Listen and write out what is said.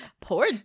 Poor